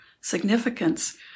significance